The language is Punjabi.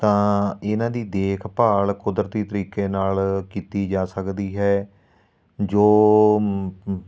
ਤਾਂ ਇਹਨਾਂ ਦੀ ਦੇਖਭਾਲ ਕੁਦਰਤੀ ਤਰੀਕੇ ਨਾਲ ਕੀਤੀ ਜਾ ਸਕਦੀ ਹੈ ਜੋ